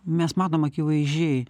mes matom akivaizdžiai